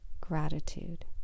gratitude